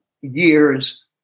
years